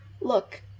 Look